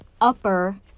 Upper